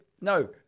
No